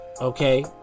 Okay